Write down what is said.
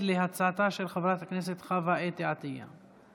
להצעתה של חברת הכנסת חווה אתי עטייה.